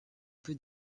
peut